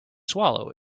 swallow